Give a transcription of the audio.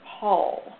Hall